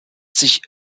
sich